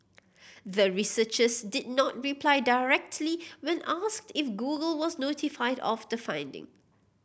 the researchers did not reply directly when asked if Google was notified of the finding